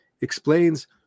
explains